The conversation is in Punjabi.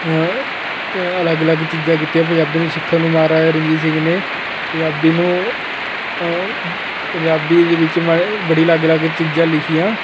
ਅਲੱਗ ਅਲੱਗ ਚੀਜ਼ਾਂ ਕੀਤੀਆਂ ਪੰਜਾਬੀਆਂ ਨੂੰ ਸਿੱਖਣ ਨੂੰ ਮਹਾਰਾਜਾ ਰਣਜੀਤ ਸਿੰਘ ਨੇ ਪੰਜਾਬੀ ਨੂੰ ਪੰਜਾਬੀ ਦੇ ਵਿੱਚ ਬੜੀ ਅਲੱਗ ਅਲੱਗ ਚੀਜ਼ਾਂ ਲਿਖੀਆਂ